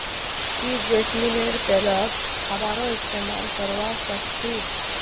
की जैस्मिनेर तेलक खाबारो इस्तमाल करवा सख छ